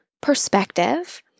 perspective